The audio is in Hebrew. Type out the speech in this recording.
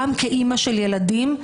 גם כאימא לילדים: